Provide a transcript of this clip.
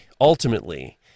ultimately